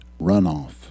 runoff